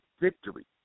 victory